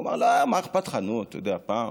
הוא אמר: לא, מה אכפת לך, נו, אתה יודע, פעם.